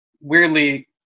weirdly